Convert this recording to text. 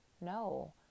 no